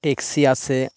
taxi আছে